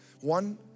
one